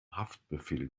haftbefehl